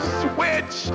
switch